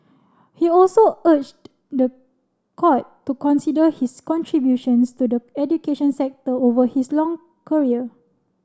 he also urged the court to consider his contributions to the education sector over his long career